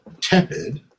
tepid